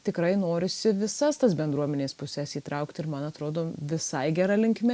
tikrai norisi visas tas bendruomenės puses įtraukt ir man atrodo visai gera linkme